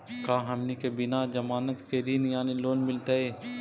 का हमनी के बिना जमानत के ऋण यानी लोन मिलतई?